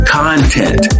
content